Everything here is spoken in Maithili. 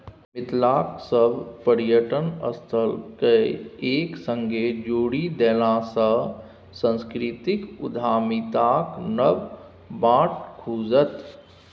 मिथिलाक सभ पर्यटन स्थलकेँ एक संगे जोड़ि देलासँ सांस्कृतिक उद्यमिताक नब बाट खुजत